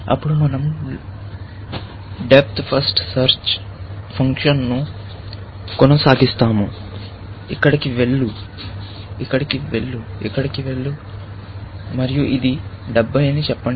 అప్పుడు మనం depth first search ఫ్యాషన్ను కొనసాగిస్తాము ఇక్కడికి వెళ్ళు ఇక్కడికి వెళ్ళు ఇక్కడికి వెళ్ళు మరియు ఇది 70 అని చెప్పండి